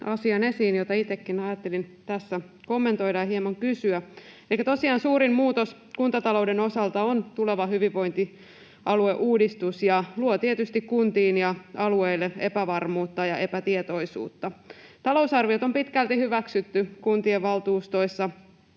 asian, jota itsekin ajattelin tässä kommentoida ja hieman kysyä. Elikkä tosiaan suurin muutos kuntatalouden osalta on tuleva hyvinvointialueuudistus, ja se luo tietysti kuntiin ja alueille epävarmuutta ja epätietoisuutta. Talousarviot on pitkälti hyväksytty kuntien valtuustoissa